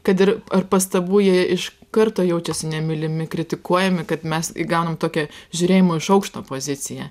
kad ir ar pastabų jie iš karto jaučiasi nemylimi kritikuojami kad mes įgaunam tokią žiūrėjimo iš aukšto poziciją